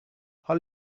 حال